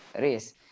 race